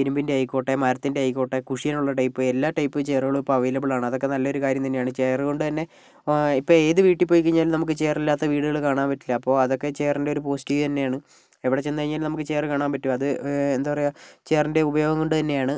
ഇരുമ്പിൻ്റെ ആയിക്കോട്ടെ മരത്തിൻ്റെ ആയിക്കോട്ടെ കുഷ്യനുള്ള ടൈപ്പ് എല്ലാ ടൈപ്പ് ചെയറുകളും അവൈലബിൾ ആണ് അതൊക്കെ നല്ലൊരു കാര്യം തന്നെയാണ് ചെയർ കൊണ്ട് തന്നെ ഇപ്പം ഏത് വീട്ടിൽ പൊയ്ക്കഴിഞ്ഞാലും നമുക്ക് ചെയറില്ലാത്ത വീടുകൾ കാണാൻ പറ്റില്ല അപ്പോൾ അതൊക്കെ ചെയറിൻ്റെ ഒരു പോസിറ്റീവ് തന്നെയാണ് എവിടെ ചെന്ന് കഴിഞ്ഞാലും നമുക്ക് ചെയർ കാണാൻ പറ്റും അത് എന്താ പറയുക ചെയറിൻ്റെ ഉപയോഗം കൊണ്ട് തന്നെയാണ്